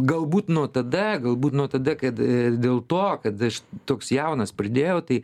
galbūt nuo tada galbūt nuo tada kad dėl to kad aš toks jaunas pradėjau tai